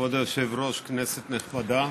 כבוד היושב-ראש, כנסת נכבדה,